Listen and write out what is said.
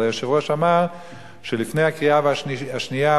אבל היושב-ראש אמר שלפני הקריאה השנייה